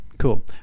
cool